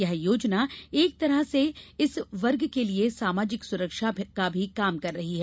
यह योजना एक तरह से इस वर्ग के लिए सामाजिक सुरक्षा का भी काम कर रही है